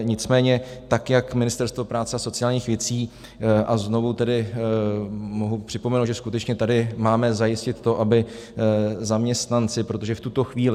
Nicméně tak jak Ministerstvo práce a sociálních věcí, a znovu tedy mohu připomenout, že skutečně tady máme zajistit to, aby zaměstnanci, protože v tuto chvíli...